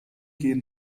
gehen